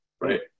Right